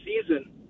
season